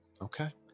Okay